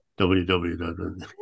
www